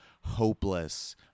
hopeless